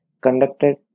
conducted